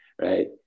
right